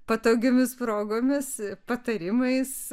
patogiomis progomis patarimais